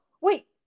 wait